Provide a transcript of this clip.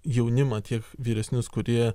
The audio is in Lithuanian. jaunimą tiek vyresnius kurie